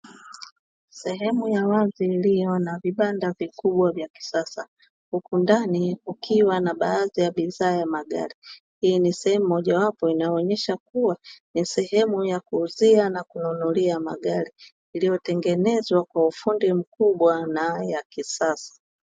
Sehemu ya wazi iliyo na vibanda vikubwa vya kisasa, huku ndani kukiwa na baadhi ya bidhaa ya magari. Hii ni sehemu moja wapo inayoonyesha kuwa ni sehemu ya kuuzia na kununulia magari iliyotengenezwa kwa ufundi mkubwa na ya kisasa.